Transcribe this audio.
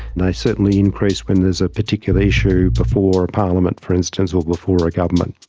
they certainly increase when there's a particular issue before parliament for instance or before a government.